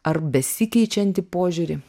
ar besikeičiantį požiūrį